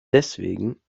deswegen